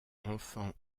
enfants